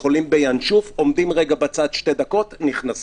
יכולים בינשוף, עומדים רגע בצד שתי דקות ונכנסים.